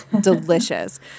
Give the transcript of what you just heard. delicious